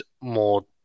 more